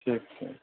اچھا اچھا